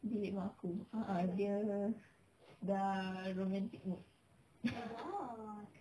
bilik mak aku a'ah dia dah romantic mood